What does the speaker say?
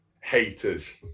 haters